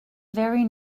very